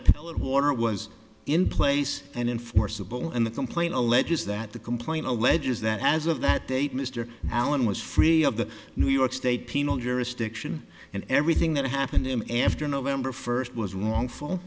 appellate water was in place and enforceable and the complaint alleges that the complaint alleges that as of that date mr allen was free of the new york state penal jurisdiction and everything that happened to him after november first was wrong